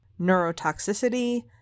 neurotoxicity